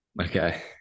Okay